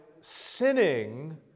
sinning